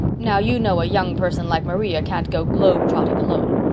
now, you know a young person like maria can't go globetrotting alone.